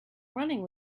running